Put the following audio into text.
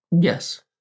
Yes